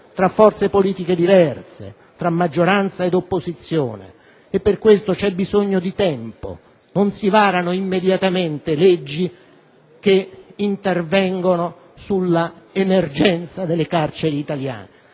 tra forze politiche diverse, tra maggioranza ed opposizione. Per questa ragione c'è bisogno di tempo, non si varano immediatamente leggi capaci di intervenire sull'emergenza delle carceri italiane.